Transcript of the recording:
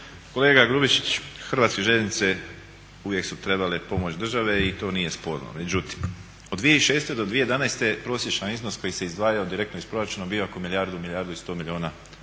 Kolega Grubišić HŽ uvijek su trebale pomoć države i to nije sporno. Međutim od 2006.do 2011.prosječan iznos koji se izdvajao direktno iz proračuna bio oko milijardu, milijardu i 100 milijuna kuna